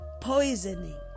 poisoning